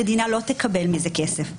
המדינה לא תקבל מזה כסף,